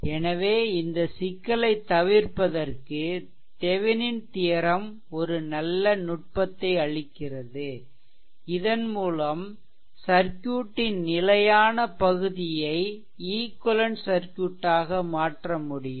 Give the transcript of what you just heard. எனவே இந்த சிக்கலைத் தவிர்ப்பதற்கு தெவெனின் தியெரெம் ஒரு நல்ல நுட்பத்தை அளிக்கிறது இதன் மூலம் சர்க்யூட்டின் நிலையான பகுதியை ஈக்வெலென்ட் சர்க்யூட் ஆக மாற்றமுடியும்